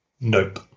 nope